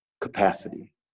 capacity